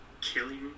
killing